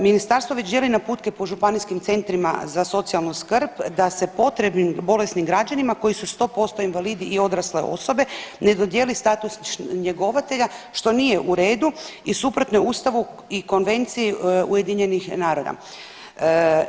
Ministarstvo već dijeli naputke po županijskim centrima za socijalnu skrb da se potrebnim bolesnim građanima koji su 100% invalidi i odrasle osobe ne dodijeli status njegovatelja što nije u redu i suprotno Ustavu i Konvenciji UN-a.